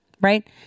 Right